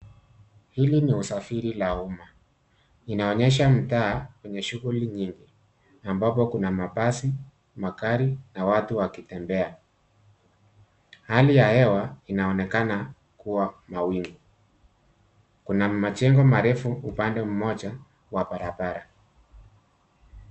Hili ni usafiri la umma, inaonyesha mtaa wenye shuguli nyingi ambapo kuna mabasi, magari na watu wakitembea. Hali ya hewa inaonekana kuwa mawingu. Kuna majengo marefu upande moja wa barabara.